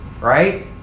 Right